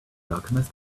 alchemist